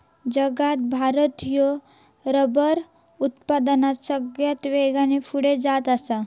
जगात भारत ह्यो रबर उत्पादनात सगळ्यात वेगान पुढे जात आसा